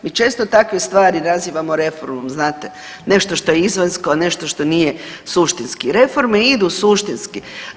Mi često takve stvari nazivamo reformom znate, nešto što je izvanjsko, nešto što nije suštinski, reforme idu suštinski.